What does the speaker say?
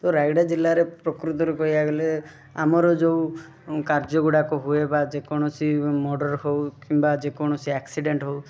ତ ରାୟଗଡ଼ା ଜିଲ୍ଲାରେ ପ୍ରକୃତରେ କହିବାକୁ ଗଲେ ଆମର ଯେଉଁ କାର୍ଯ୍ୟ ଗୁଡ଼ାକ ହୁଏ ବା ଯେକୌଣସି ମର୍ଡ଼ର୍ ହଉ କିମ୍ବା ଯେକୌଣସି ଆକ୍ସିଡେଣ୍ଟ୍ ହଉ